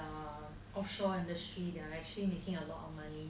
offshore industry they are actually making alot of money